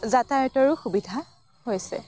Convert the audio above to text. যাতায়তৰো সুবিধা হৈছে